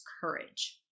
courage